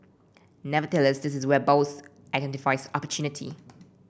nevertheless this is where Bose identifies opportunity